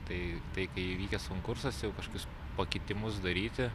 tai tai kai įvykęs konkursas jau kažkokius pakitimus daryti